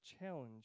challenge